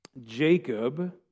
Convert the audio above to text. Jacob